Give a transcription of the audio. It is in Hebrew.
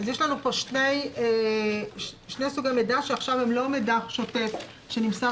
יש לנו כאן שני סוגי מידע שעכשיו הם לא מידע שוטף שנמסר